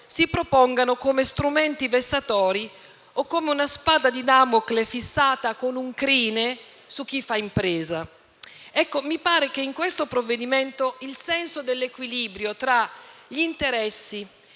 si propongano come strumenti vessatori o come una spada di Damocle fissata con un crine su chi fa impresa. Mi pare che in questo provvedimento il senso dell'equilibrio tra gli interessi,